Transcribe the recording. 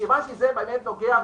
שמכיוון שזה נוגע,